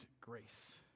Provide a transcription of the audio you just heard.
Grace